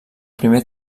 primer